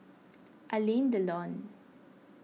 Alain Delon